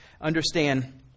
understand